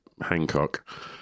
Hancock